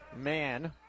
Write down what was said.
Man